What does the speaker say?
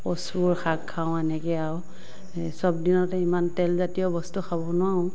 কচুৰ শাক খাওঁ এনেকৈ আৰু এই চব দিনতে ইমান তেলজাতীয় বস্তু খাব নোৱাৰোঁ